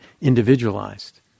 individualized